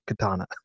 katana